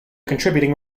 contributing